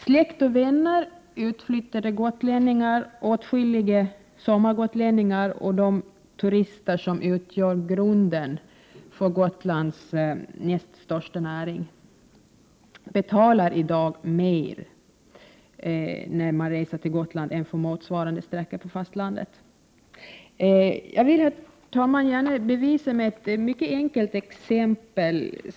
Släkt och vänner, utflyttade gotlänningar, åtskilliga sommargotlänningar och de turister som utgör grunden för Gotlands näst största näring betalar i dag mer när de reser till Gotland än för motsvarande sträcka på fastlandet. Jag vill gärna, herr talman, bevisa detta med ett mycket enkelt exempel.